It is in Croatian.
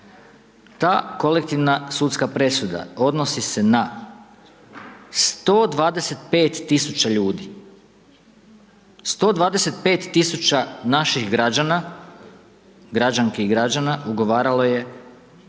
Ta kolektivna sudska presuda odnosi se na 125 tisuća ljudi, 125 tisuća naših građana, građanki i građana ugovaralo je